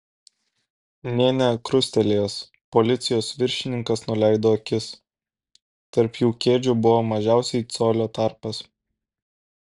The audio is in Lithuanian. nė nekrustelėjęs policijos viršininkas nuleido akis tarp jų kėdžių buvo mažiausiai colio tarpas